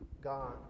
gone